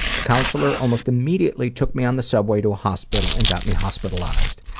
the counselor almost immediately took me on the subway to a hospital and got me hospitalized.